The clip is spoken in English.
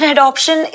Adoption